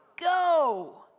go